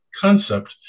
concept